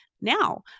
now